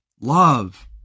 love